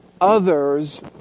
others